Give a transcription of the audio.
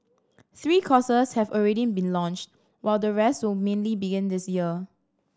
three courses have already been launched while the rest will mainly begin this year